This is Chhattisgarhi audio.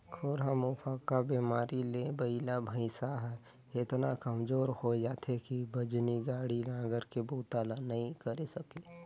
खुरहा मुहंपका बेमारी ले बइला भइसा हर एतना कमजोर होय जाथे कि बजनी गाड़ी, नांगर के बूता ल नइ करे सके